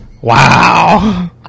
Wow